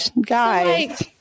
guys